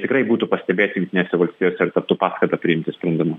tikrai būtų pastebėti jungtinėse valstijose taptų paskata priimti sprendimus